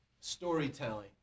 storytelling